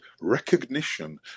recognition